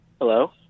Hello